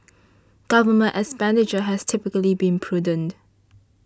government expenditure has typically been prudent